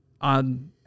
on